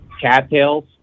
cattails